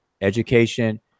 education